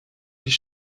îles